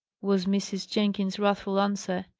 was mrs. jenkins's wrathful answer.